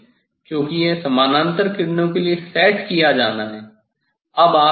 क्योंकि यह समानांतर किरणों के लिए सेट किया जाना है